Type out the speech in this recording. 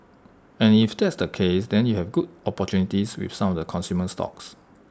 and if that's the case then you have good opportunities with some of the consumer stocks